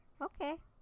Okay